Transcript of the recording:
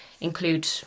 include